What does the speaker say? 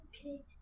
Okay